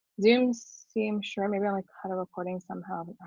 zoom seem xiaomi really kind of recording somehow.